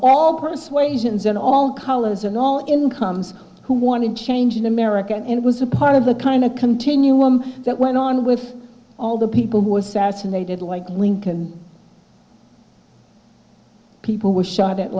all persuasions in all colors and all incomes who wanted change in america and it was a part of the kind of continuum that went on with all the people who were fascinated like lincoln people were shot at